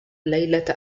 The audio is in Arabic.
ليلة